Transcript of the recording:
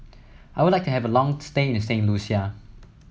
I would like to have a long stay in Saint Lucia